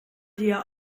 dear